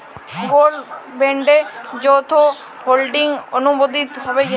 Gold বন্ডে যৌথ holding অনুমোদিত হবে কিনা?